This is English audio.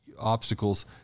obstacles